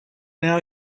now